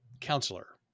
counselor